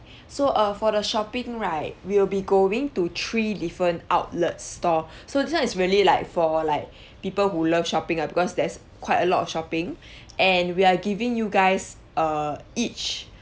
so err for the shopping right we'll be going to three different outlet store so this is [one] is really like for like people who love shopping lah because there's quite a lot of shopping and we're giving you guys err each